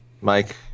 Mike